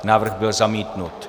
Návrh byl zamítnut.